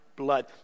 blood